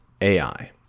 AI